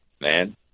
man